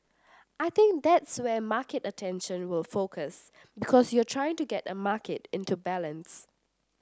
I think that's where market attention will focus because you're trying to get a market into balance